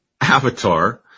avatar